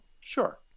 Sure